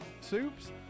soups